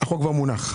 החוק כבר מונח.